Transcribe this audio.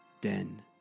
den